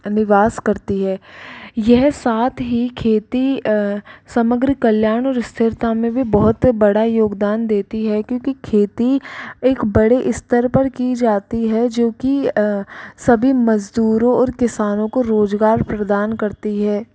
निवास करती है यह साथ ही खेती समग्र कल्याण और स्थिरता में भी बहुत बड़ा योगदान देती है क्योंकि खेती एक बड़े स्तर पर की जाती है जो की सभी मज़दूरों और किसानों को रोज़गार प्रदान करती है